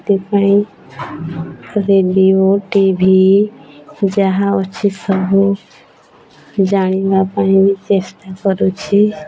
ସେଥିପାଇଁ radio T V ଯାହା ଅଛି ସବୁ ଜାଣିବା ପାଇଁ ବି ଚେଷ୍ଟା କରୁଛି